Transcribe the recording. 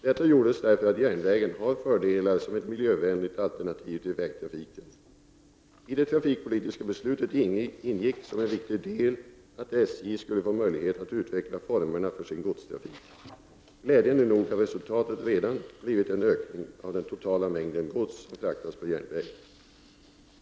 Detta gjordes därför att järnvägen har fördelar som ett miljövänligt alternativ till vägtrafiken. I det trafikpolitiska beslutet ingick som en viktig del att SJ skulle få möjlighet att utveckla formerna för sin godstrafik. Glädjande nog har resultatet redan blivit en ökning av den totala mängden gods som fraktas på järnväg.